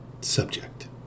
subject